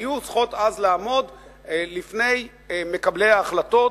היו צריכות אז לעמוד לפני מקבלי ההחלטות.